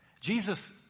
Jesus